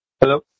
hello